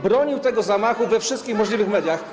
bronił tego zamachu we wszystkich możliwych mediach.